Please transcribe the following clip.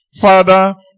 Father